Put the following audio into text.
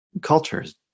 cultures